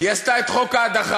היא עשתה את חוק ההדחה,